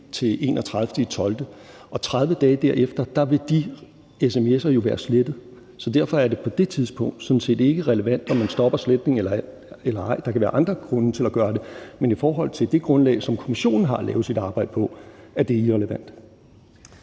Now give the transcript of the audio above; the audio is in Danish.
til 31. december, og 30 dage derefter vil de sms'er jo være slettet, så derfor er det på det tidspunkt sådan set ikke relevant, om man stopper sletningen eller ej. Der kan være andre grunde til at gøre det, men i forhold til det grundlag, som kommissionen har at lave sit arbejde på, er det irrelevant.